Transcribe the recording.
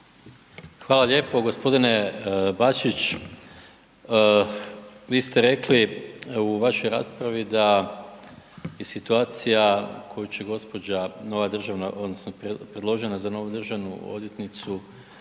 Hvala lijepo. G. Bačić, vi ste rekli u vašoj raspravi da je situacija koju će gospođa nova državna odnosno predložena za novu državnu odvjetnicu,